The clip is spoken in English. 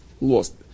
lost